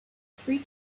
three